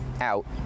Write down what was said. out